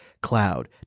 cloud